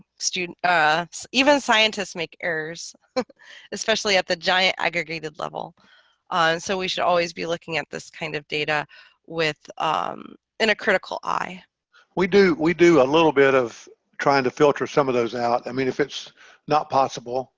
students ah even scientists make errors especially at the giant aggregated level so we should always be looking at this kind of data with in a critical eye we do. we do a little bit of trying to filter some of those out. i mean if it's not possible